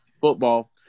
football